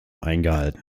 eingehalten